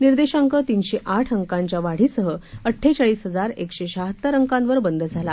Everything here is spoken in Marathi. निर्देशांक तीनशे आठ अंकांच्या वाढीसह अट्ठेचाळीस हजार एकशे शहातर अंकांवर बंद झाला